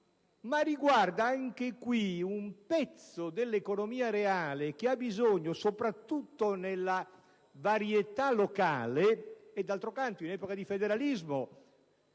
in questo caso, un pezzo dell'economia reale, che ha bisogno soprattutto della varietà locale. D'altro canto, in epoca di federalismo,